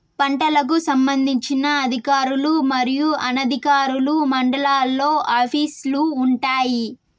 పంటలకు సంబంధించిన అధికారులు మరియు అనధికారులు మండలాల్లో ఆఫీస్ లు వుంటాయి?